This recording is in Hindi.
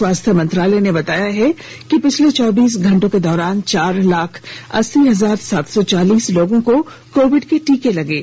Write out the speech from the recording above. स्वास्थ्य मंत्रालय ने बताया है कि पिछले चौबीस घंटों के दौरान चार लाख अस्सी हजार सात सौ चालीस लोगों को कोविड का टीका लगाया गया